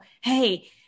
hey